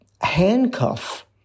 handcuff